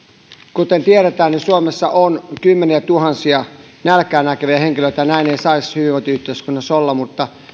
kuten tiedetään suomessa on kymmeniätuhansia nälkää näkeviä henkilöitä ja näin ei saisi hyvinvointiyhteiskunnassa olla mutta